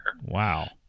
Wow